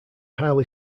highly